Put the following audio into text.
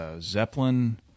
Zeppelin